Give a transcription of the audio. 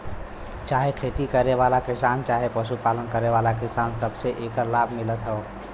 चाहे खेती करे वाला किसान चहे पशु पालन वाला किसान, सबके एकर लाभ मिलत हौ